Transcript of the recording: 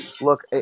Look